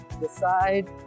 decide